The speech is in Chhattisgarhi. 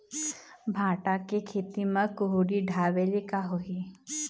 भांटा के खेती म कुहड़ी ढाबे ले का होही?